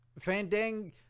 Fandang